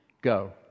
Go